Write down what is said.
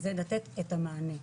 לתת את המענה.